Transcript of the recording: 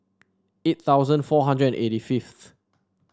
eight thousand four hundred and eighty fifth